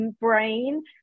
brain